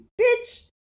bitch